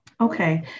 Okay